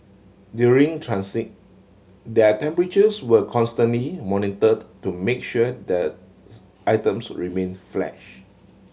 during transit their temperatures were constantly monitored to make sure the items remain flesh